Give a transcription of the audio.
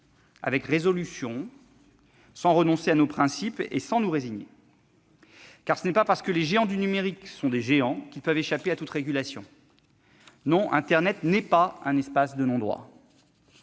avec résolution, sans renoncer à nos principes et sans nous résigner. Ce n'est pas parce que les géants du numérique sont des « géants », en effet, qu'ils peuvent échapper à toute régulation. Non, internet n'est pas un espace de non-droit.